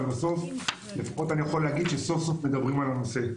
אבל בסוף לפחות אני יכול להגיד שסוף סוף מדברים על הנושא.